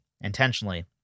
intentionally